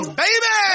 baby